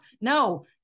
no